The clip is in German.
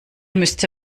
müsste